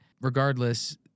regardless—